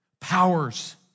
powers